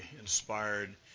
inspired